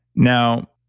now,